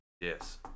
Yes